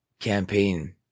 campaign